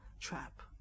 trap